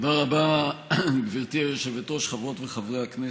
תודה רבה, גברתי היושבת-ראש, חברות וחברי הכנסת,